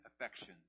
affections